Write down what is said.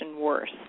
worse